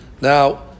Now